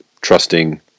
trusting